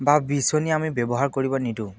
বা বিচনী আমি ব্যৱহাৰ কৰিব নিদোঁ